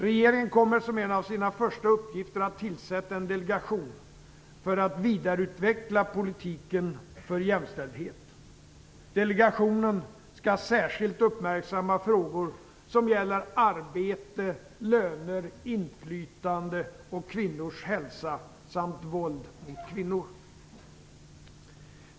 Regeringen kommer som en av sina första uppgifter att tillsätta en delegation för att vidareutveckla politiken för jämställdhet. Delegationen skall särskilt uppmärksamma frågor som gäller arbete, löner, inflytande och kvinnors hälsa samt våld mot kvinnor.